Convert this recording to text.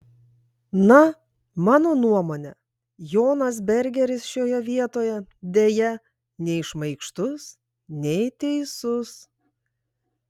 na mano nuomone jonas bergeris šioje vietoje deja nei šmaikštus nei teisus